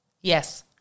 Yes